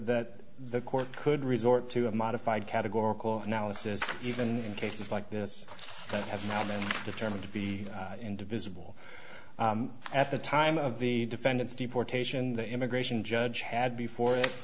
that the court could resort to a modified categorical analysis even in cases like this that have now been determined to be indivisible at the time of the defendant's deportation the immigration judge had before